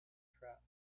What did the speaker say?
trap